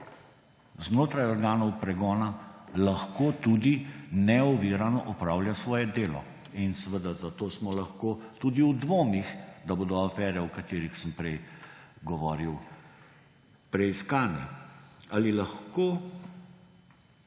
znotraj organov pregona lahko tudi neovirano opravlja svoje delo? In seveda zato smo lahko tudi v dvomih, da bodo afere, o katerih sem prej govori, preiskane. Ali lahko